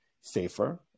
safer